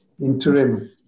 interim